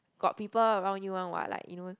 got people around you one what like you know